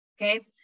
okay